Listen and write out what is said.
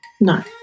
No